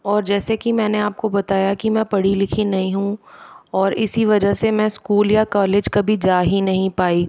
और जैसे कि मैंने आपको बताया कि मैं पढ़ी लिखी नही हूँ और इसी वजह से मैं स्कूल या कॉलेज कभी जा ही नहीं पाई